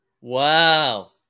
Wow